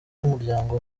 n’umuryango